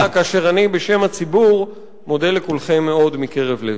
כאשר אני מודה לכולכם מאוד מקרב לב,